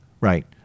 Right